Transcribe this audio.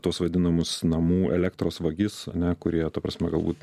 tuos vadinamus namų elektros vagis ane kurie ta prasme galbūt